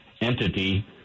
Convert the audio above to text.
entity